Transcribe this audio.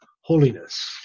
holiness